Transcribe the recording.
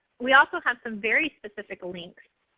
we also have some very specific links,